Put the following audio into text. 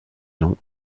non